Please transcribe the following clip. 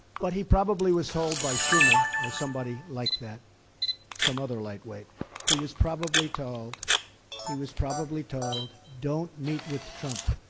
but he probably was told by schumer or somebody like that some other lightweight he was probably told he was probably told, don't meet with trump,